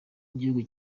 gihugu